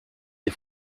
des